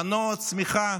מנוע הצמיחה